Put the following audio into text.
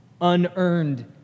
Unearned